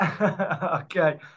Okay